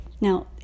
Now